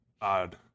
odd